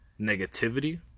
negativity